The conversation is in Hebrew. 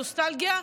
נוסטלגיה,